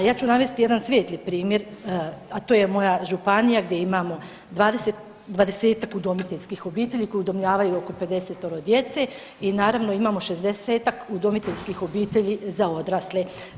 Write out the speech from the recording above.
Ja ću navesti jedan svijetli primjer, a to je moja županija gdje imamo 20-tak udomiteljskih obitelji koji udomljavaju oko 50-tero djece i naravno imamo 60-tak udomiteljskih obitelji za odrasle.